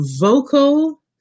vocal